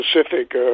specific